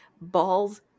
balls